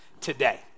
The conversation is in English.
today